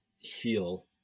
feel